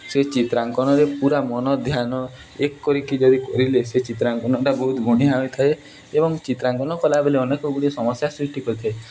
ସେ ଚିତ୍ରାଙ୍କନରେ ପୁରା ମନ ଧ୍ୟାନ ଏକ କରିକି ଯଦି କରିଲେ ସେ ଚିତ୍ରାଙ୍କନଟା ବହୁତ ବଢ଼ିଆ ହୋଇଥାଏ ଏବଂ ଚିତ୍ରାଙ୍କନ କଲାବେଳେ ଅନେକ ଗୁଡ଼ିଏ ସମସ୍ୟା ସୃଷ୍ଟି କରିଥାଏ